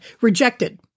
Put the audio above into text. rejected